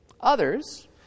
Others